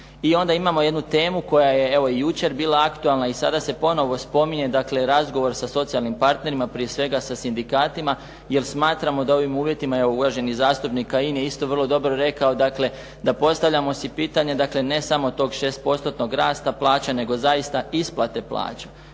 I onda imamo jednu temu koja je evo i jučer bila aktualna i sada se ponovno spominje, dakle razgovor sa socijalnim partnerima prije svega sa sindikatima jer smatramo da u ovim uvjetima, evo uvaženi zastupnik je isto vrlo dobro rekao, dakle da postavljamo si pitanje, dakle ne samo tog šest postotnog rasta plaća zaista isplate plaća.